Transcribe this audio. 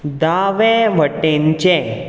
दावे वटेनचें